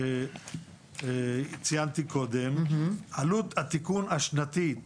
שציינתי קודם, העלות השנתית